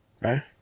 Right